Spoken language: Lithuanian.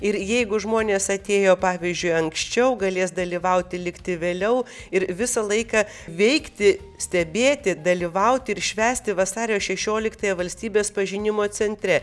ir jeigu žmonės atėjo pavyzdžiui anksčiau galės dalyvauti likti vėliau ir visą laiką veikti stebėti dalyvauti ir švęsti vasario šešioliktąją valstybės pažinimo centre